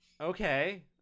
okay